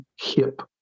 hip